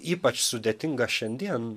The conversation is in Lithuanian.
ypač sudėtinga šiandien